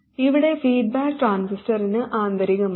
ഇവിടെ ഫീഡ്ബാക്ക് ട്രാൻസിസ്റ്ററിന് ആന്തരികമാണ്